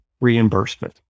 reimbursement